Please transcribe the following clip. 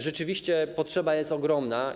Rzeczywiście, potrzeba jest ogromna.